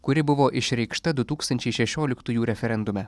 kuri buvo išreikšta du tūkstančiai šešioliktųjų referendume